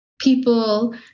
people